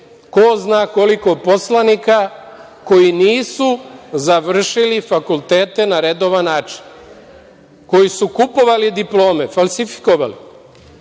ko zna koliko poslanika koji nisu završili fakultete na redovan način, koji su kupovali diplome, falsifikovali.